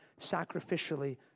sacrificially